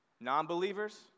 non-believers